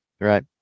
right